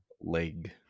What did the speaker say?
leg